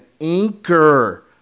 anchor